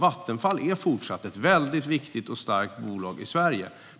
Vattenfall är alltså fortsatt ett viktigt och starkt bolag i Sverige.